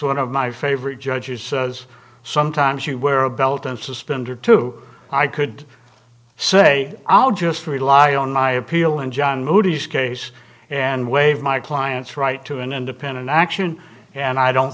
one of my favorite judges says sometimes you wear a belt and suspenders too i could say i'll just rely on my appeal in john moody's case and waive my client's right to an independent action and i don't